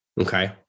Okay